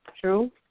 True